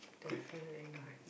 definitely not